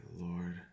Lord